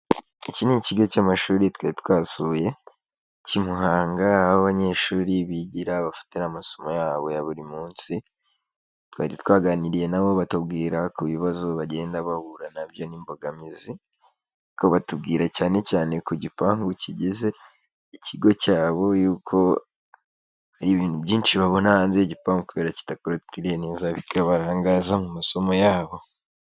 Iki ni ikigo cy'amashuri twari twasuye cy'i Muhanga, aho abanyeshuri bigira bafatira amasomo yabo ya buri munsi, twari twaganiriye nabo batubwira ku bibazo bagenda bahura na byo n'imbogamizi, ariko batubwira cyane cyane ku gipangu kigize ikigo cyabo, yuko hari ibintu byinshi babona hanze y'igipangu kubera kidakorotiriye neza, bikabarangaza mu masomo yabo.